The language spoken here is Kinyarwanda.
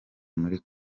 muri